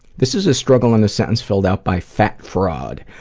this is a struggle in a sentence filled out by fat fraud.